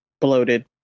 bloated